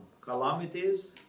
calamities